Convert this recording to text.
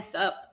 up